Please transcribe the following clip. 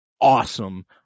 awesome